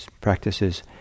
practices